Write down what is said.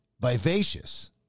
vivacious